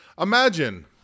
Imagine